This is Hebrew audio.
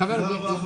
תודה רבה.